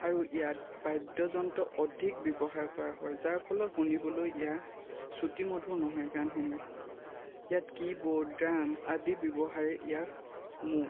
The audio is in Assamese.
আৰু ইয়াত বাদ্য যন্ত্ৰ অধিক ব্যৱহাৰ কৰা হয় যাৰ ফলত শুনিবলৈ ইয়াত শ্ৰুটি মধুৰ নহয় গানসমূহ ইয়াত কীবোৰ্ড ড্ৰাম আদি ব্যৱহাৰেই ইয়াক